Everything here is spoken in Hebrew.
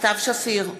סתיו שפיר,